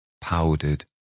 powdered